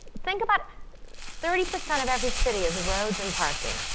think about thirty percent of every city is roads and parking.